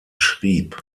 schrieb